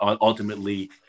ultimately